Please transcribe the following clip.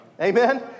Amen